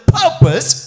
purpose